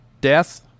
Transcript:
death